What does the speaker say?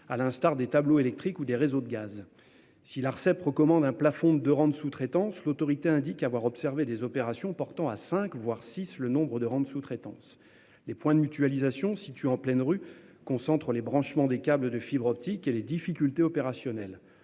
à l'instar des tableaux électriques ou des réseaux de gaz. Si l'Arcep recommande un plafond de deux rangs de sous-traitance, l'Autorité indique avoir observé des opérations portant à cinq, voire à six, le nombre de rangs de sous-traitance. Les points de mutualisation situés en pleine rue concentrent les branchements des câbles de fibre optique et les difficultés opérationnelles